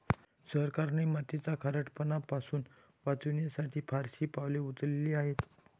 सरकारने मातीचा खारटपणा पासून वाचवण्यासाठी फारशी पावले उचलली आहेत